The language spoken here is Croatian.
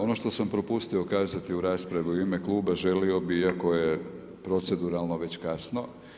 Ono što sam propustio kazati u raspravi u ime kluba, želio bih iako je proceduralno već kasno.